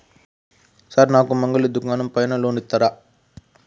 Sir నాకు మంగలి దుకాణం పైన లోన్ ఇత్తరా?